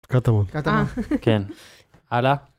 קטמון, קטמון, אה, כן הלאה